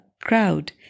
crowd